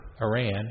Iran